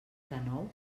dènou